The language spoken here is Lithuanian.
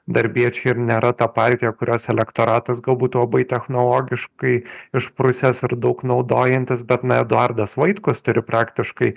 darbiečiai ir nėra ta partija kurios elektoratas galbūt labai technologiškai išprusęs ar daug naudojantis bet na eduardas vaitkus turi praktiškai